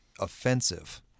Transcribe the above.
offensive